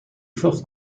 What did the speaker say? fort